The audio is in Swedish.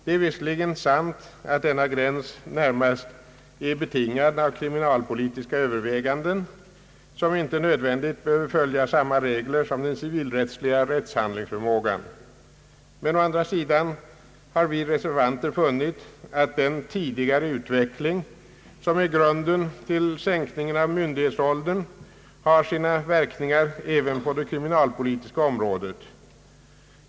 Det är visserligen sant att denna gräns närmast är betingad av kriminalpolitiska överväganden som inte nödvändigt behöver följa samma regler som den civilrättsliga rättshandlingsförmågan, men å andra sidan har vi reservanter funnit att den tidigare utveckling hos ungdomen, som är grunden för sänkningen av myndighetsåldern, har sina verkningar även på det kriminalpolitiska området.